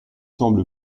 semble